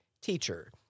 teacher